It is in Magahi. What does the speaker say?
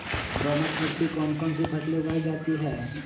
दोमट मिट्टी कौन कौन सी फसलें उगाई जाती है?